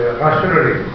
rationally